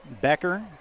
Becker